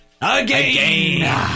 Again